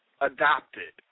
adopted